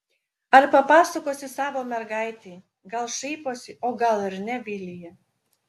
ar papasakosi savo mergaitei gal šaiposi o gal ir ne vilija